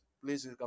please